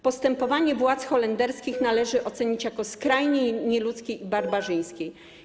Postępowanie władz holenderskich należy ocenić jako skrajnie nieludzkie i barbarzyńskie.